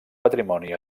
patrimoni